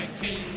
King